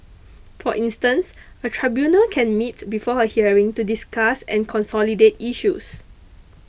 for instance a tribunal can meet before a hearing to discuss and consolidate issues